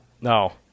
No